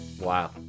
Wow